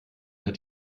hat